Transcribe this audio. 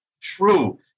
true